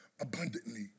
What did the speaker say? abundantly